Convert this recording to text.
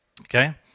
okay